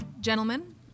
Gentlemen